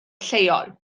lleol